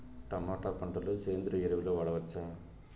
Tomato పంట లో సేంద్రియ ఎరువులు వాడవచ్చా?